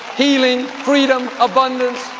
healing, freedom, abundance.